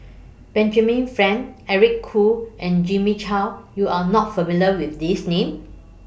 Benjamin Frank Eric Khoo and Jimmy Chok YOU Are not familiar with These Names